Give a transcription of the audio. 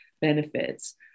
benefits